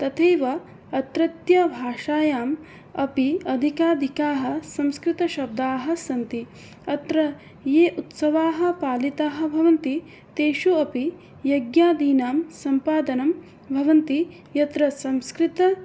तथैव अत्रत्यभाषायाम् अपि अधिकाधिकाः संस्कृतशब्दाः सन्ति अत्र ये उत्सवाः पालिताः भवन्ति तेषु अपि यज्ञादीनां सम्पादनं भवति यत्र संस्कृत